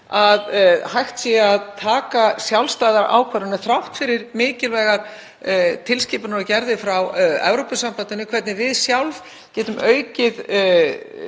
að hægt verði að taka sjálfstæðar ákvarðanir þrátt fyrir mikilvægar tilskipanir og gerðir frá Evrópusambandinu, hvernig við sjálf getum aukið